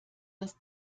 das